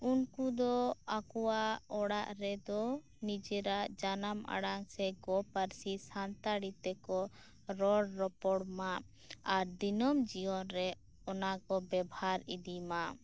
ᱩᱱᱠᱩ ᱫᱚ ᱟᱠᱚᱣᱟᱜ ᱚᱲᱟᱜ ᱨᱮᱫᱚ ᱱᱤᱡᱮᱨᱟᱜ ᱡᱟᱱᱟᱢ ᱟᱲᱟᱝ ᱥᱮ ᱜᱚ ᱯᱟᱨᱥᱤ ᱥᱟᱱᱛᱟᱲᱤ ᱛᱮᱠᱚ ᱨᱚᱲ ᱨᱚᱯᱚᱲ ᱢᱟ ᱟᱨ ᱫᱤᱱᱟᱹᱢ ᱡᱤᱭᱚᱱ ᱨᱮ ᱚᱱᱟ ᱠᱚ ᱵᱮᱵᱷᱟᱨ ᱤᱫᱤᱢᱟ